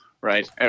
right